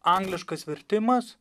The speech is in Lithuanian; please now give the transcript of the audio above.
angliškas vertimas